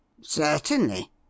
Certainly